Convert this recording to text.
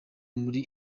muri